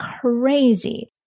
crazy